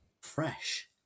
Fresh